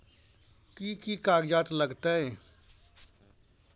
कि कि कागजात लागतै?